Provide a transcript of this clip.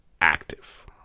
active